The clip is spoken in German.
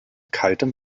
kaltem